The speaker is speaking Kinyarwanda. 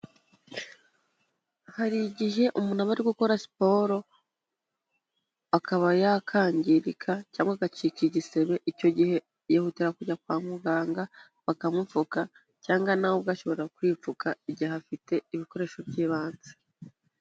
Hari igihe umuntu aba ari gukora siporo, akaba yakangirika cyangwa agacika igisebe, icyo gihe yihutira kujya kwa muganga bakamupfuka, cyangwa nawe ubwe ashobora kwipfuka igihe afite ibikoresho by'ibanze.